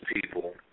people